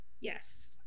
Yes